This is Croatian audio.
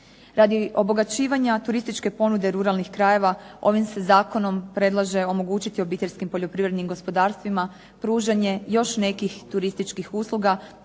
Radi obogaćivanja turističke ponude ruralnih krajeva ovim se zakonom predlaže omogućiti obiteljskim poljoprivrednim gospodarstvima pružanje još nekih turističkih usluga